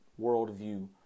worldview